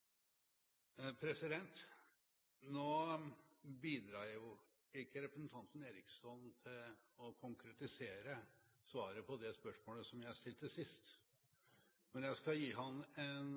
til å konkretisere svaret på det spørsmålet som jeg stilte sist, men jeg skal gi ham en